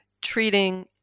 treating